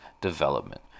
development